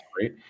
Right